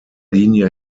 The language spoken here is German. linie